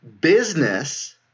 Business